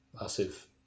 massive